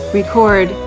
record